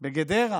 בגדרה